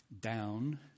down